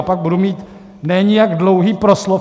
Pak budu mít ne nijak dlouhý proslov.